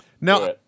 Now